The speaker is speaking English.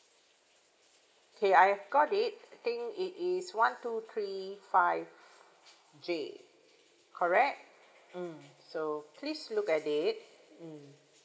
okay I have got it I think it is one two three five J correct mm so please look at it mm